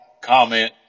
comment